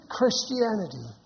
Christianity